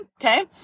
Okay